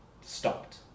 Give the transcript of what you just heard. stopped